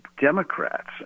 Democrats